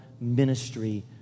ministry